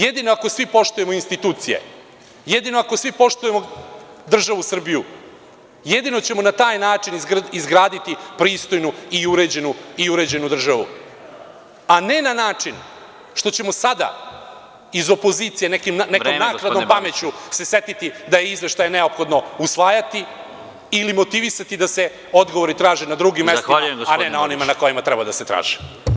Jedino ako svi poštujemo institucije, jedino ako svi poštujemo državu Srbiju, jedino ćemo na taj način izgraditi pristojnu i uređenu državu, a ne na način što ćemo sada iz opozicije nekom naknadnom pameću se setiti da je izveštaje neophodno usvajati ili motivisati da se odgovori traže na drugim mestima, a ne na onima na kojima treba da se traže.